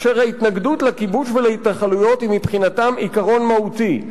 אשר ההתנגדות לכיבוש ולהתנחלויות היא מבחינתם עיקרון מהותי.